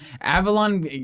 Avalon